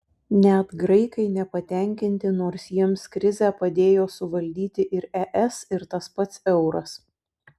net graikai nepatenkinti nors jiems krizę padėjo suvaldyti ir es ir tas pats euras